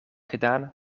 gedaan